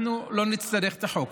אנחנו לא נצטרך את החוק,